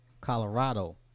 Colorado